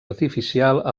artificial